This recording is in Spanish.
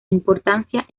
importancia